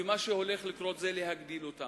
ומה שהולך לקרות זה הגדלה שלהם.